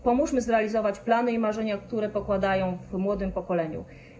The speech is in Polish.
Pomóżmy zrealizować plany i marzenia, które pokładają w młodym pokoleniu.